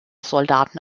soldaten